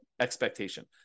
expectation